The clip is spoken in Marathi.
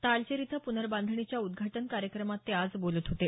तालचेर इथं प्नर्बांधणीच्या उद्घाटन कार्यक्रमात ते आज बोलत होते